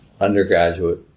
undergraduate